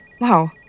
Wow